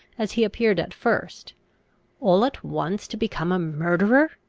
as he appeared at first all at once to become murderer!